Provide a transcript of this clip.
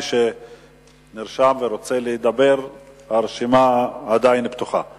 מי שנרשם ורוצה לדבר, הרשימה עדיין פתוחה.